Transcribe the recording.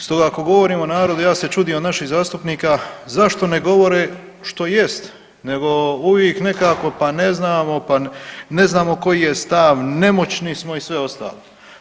Stoga ako govorimo narodu ja se čudio naših zastupnika zašto ne govore što jest nego uvijek nekako pa ne znamo, pa ne znamo koji je stav, nemoćni smo i sve ostalo.